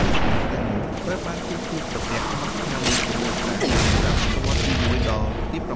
រូបចម្លាក់ទាំងនោះត្រូវបានគេជួបប្រទះក្នុងស្ថានីយ៍ប្រវត្តិសាស្ត្រនាដើមសតវត្សរ៍ទី១ ដល់ទី៦